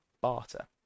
barter